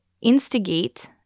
instigate